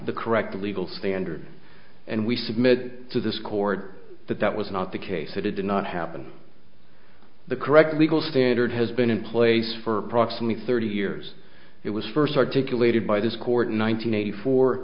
the correct legal standard and we submit to this court that that was not the case that it did not happen the correct legal standard has been in place for approximately thirty years it was first articulated by this court in